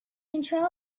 control